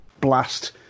blast